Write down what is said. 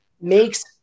makes